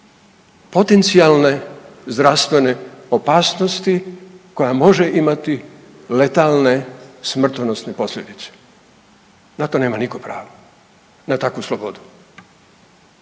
potencionalne zdravstvene opasnosti koja može imati letalne smrtonosne posljedice, na to nema niko pravo, na takvu slobodu.